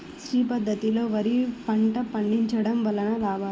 శ్రీ పద్ధతిలో వరి పంట పండించడం వలన లాభాలు?